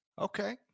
Okay